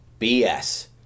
BS